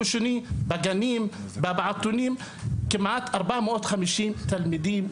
כמעט 450 תלמידים,